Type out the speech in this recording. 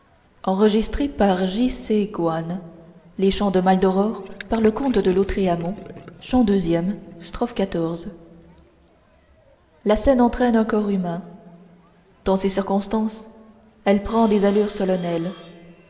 la seine entraîne un corps humain dans ces circonstances elle prend des allures solennelles